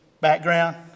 background